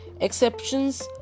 Exceptions